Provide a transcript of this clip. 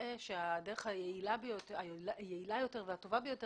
נראה שהדרך היעילה יותר והטובה ביותר